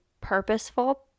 purposeful